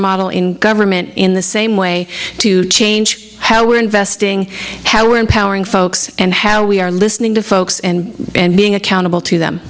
model in government in the same way to change how we're investing how we're empowering folks and how we are listening to folks and being accountable to them